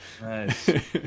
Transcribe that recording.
Nice